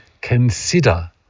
consider